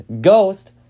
Ghost